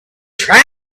tried